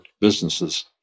businesses